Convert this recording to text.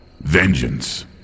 Vengeance